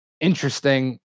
interesting